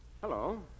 hello